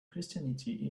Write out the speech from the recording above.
christianity